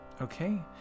okay